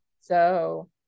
So-